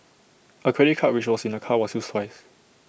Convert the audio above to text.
A credit card which was in the car was used twice